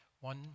one